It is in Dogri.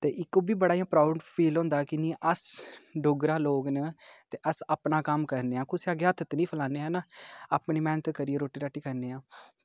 ते इक ओह् बी बड़ा प्राउड फील होंदा कि निं अस डोगरा लोग न ते अस अपना कम्म करने आं कुसै अग्गै हत्थ ते निं फैलाने आं न अपनी मैह्नत करियै रुट्टी राटी खन्ने आं